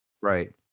Right